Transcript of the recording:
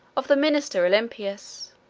of the minister olympius.